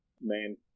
man